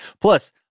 Plus